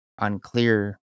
unclear